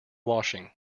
washing